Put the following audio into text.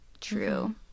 true